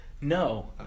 no